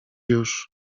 już